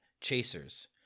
chasers